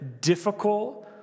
difficult